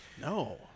No